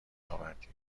آوردیم